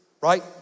right